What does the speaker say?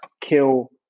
kill